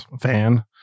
fan